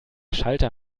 schalter